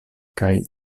kaj